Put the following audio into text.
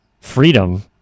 freedom